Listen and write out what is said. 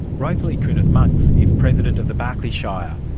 rosalie kunoth-monks is president of the barkly shire,